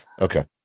Okay